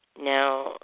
Now